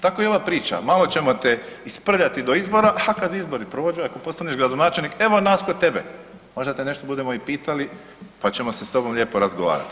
Tako i ova priča, malo ćemo te isprljati do izbora, a kad izbori prođu ako postaneš gradonačelnik evo nas kod tebe, možda te nešto budemo i pitali pa ćemo se s tobom lijepo razgovarati.